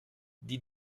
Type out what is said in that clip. die